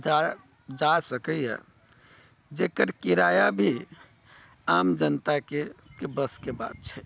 जा जा सकैए जकर किराया भी आम जनताके के बसके बात छै